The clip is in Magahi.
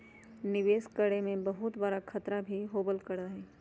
निवेश करे में बहुत बडा खतरा भी होबल करा हई